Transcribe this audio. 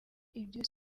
ibyo